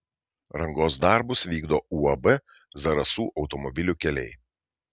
rangos darbus vykdo uab zarasų automobilių keliai